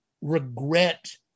regret